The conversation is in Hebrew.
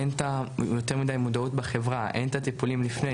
אין טיפולים לפני.